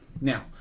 now